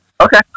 Okay